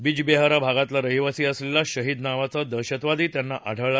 बिजबेहारा भागातला रहिवासी असलेला शाहीद नावाचा दहशतवादी त्यांना आढळला